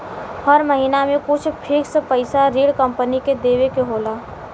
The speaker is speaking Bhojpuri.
हर महिना में कुछ फिक्स पइसा ऋण कम्पनी के देवे के होला